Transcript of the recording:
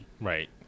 Right